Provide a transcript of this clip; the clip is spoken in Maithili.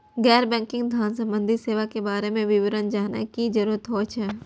गैर बैंकिंग धान सम्बन्धी सेवा के बारे में विवरण जानय के जरुरत होय हय?